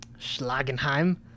schlagenheim